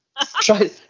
Try